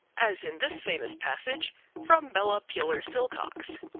as in this famous passage from bella peeler silcox